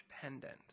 pendant